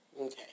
okay